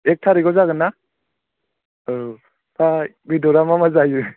एक थारिकाव जागोन ना औ ओमफ्राय बेदरा मा मा जायो